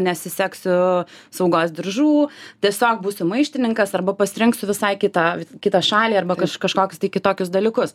nesisegsiu saugos diržų tiesiog būsiu maištininkas arba pasirinksiu visai kitą kitą šalį arba kaž kažkoks tai kitokius dalykus